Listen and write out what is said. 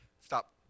Stop